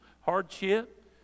hardship